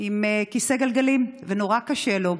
עם כיסא גלגלים ונורא קשה לו.